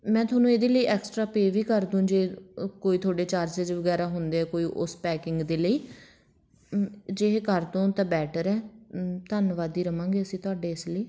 ਮੈਂ ਤੁਹਾਨੂੰ ਇਹਦੇ ਲਈ ਐਕਸਟਰਾ ਪੇ ਵੀ ਕਰਦੂੰ ਜੇ ਕੋਈ ਤੁਹਾਡੇ ਚਾਰਜਿਸ ਵਗੈਰਾ ਹੁੰਦੇ ਆ ਕੋਈ ਉਸ ਪੈਕਿੰਗ ਦੇ ਲਈ ਜੇ ਇਹ ਕਰ ਦਿਉ ਤਾਂ ਬੈਟਰ ਹੈ ਧੰਨਵਾਦੀ ਰਹਾਂਗੇ ਅਸੀਂ ਤੁਹਾਡੇ ਇਸ ਲਈ